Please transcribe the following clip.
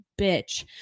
bitch